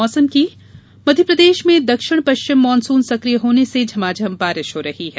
मौसम बारिश मध्यप्रदेश में दक्षिण पश्चिम मानसून सक्रिय होने से झमाझम बारिश हो रही है